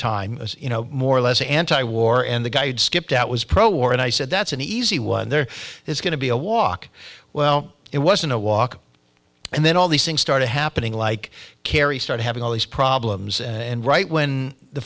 time you know more or less anti war and the guy had skipped out was pro war and i said that's an easy one there is going to be a walk well it wasn't a walk and then all these it started happening like kerry started having all these problems and right when the